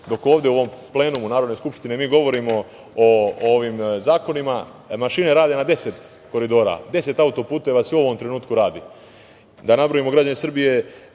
dok ovde u ovom plenumu Narodne skupštine mi govorimo o ovim zakonima, mašine rade na 10 koridora, 10 autoputeva se u ovom trenutku radi. Da nabrojimo, građani Srbije,